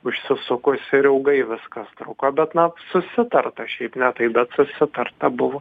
užsisukusi ir ilgai viskas truko bet na susitarta šiaip ne taip bet susitarta buvo